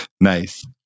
Nice